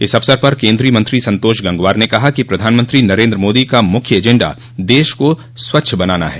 इस अवसर पर केन्द्रीय मंत्री संतोष गंगवार ने कहा कि प्रधानमंत्री नरेन्द्र मोदी का मुख्य एजेंडा देश को स्वच्छ बनाना है